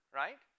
right